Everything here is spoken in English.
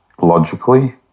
logically